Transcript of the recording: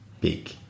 big